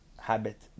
habit